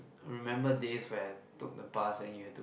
remember days when I took the bus and you have to